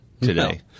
today